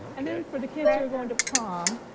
and then for the kids kind of going to prom,